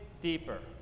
deeper